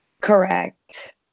Correct